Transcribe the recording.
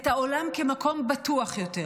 את העולם כמקום בטוח יותר,